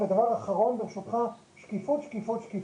דבר אחרון, שקיפות, שקיפות.